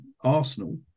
Arsenal